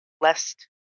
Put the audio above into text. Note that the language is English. lest